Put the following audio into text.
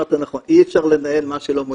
אמרת נכון, אי אפשר לנהל את מה שלא מודדים,